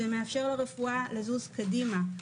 זה מאפשר לרפואה לזוז קדימה.